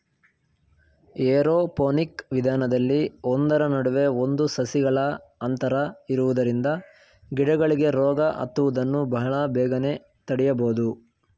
aeroponic ವಿಧಾನದಲ್ಲಿ ಒಂದರ ನಡುವೆ ಒಂದು ಸಸಿಗಳ ಅಂತರ ಇರುವುದರಿಂದ ಗಿಡಗಳಿಗೆ ರೋಗ ಹತ್ತುವುದನ್ನು ಬಹಳ ಬೇಗನೆ ತಡೆಯಬೋದು